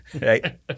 right